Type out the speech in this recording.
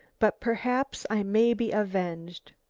but perhaps i may be avenged.